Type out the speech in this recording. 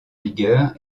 vigueur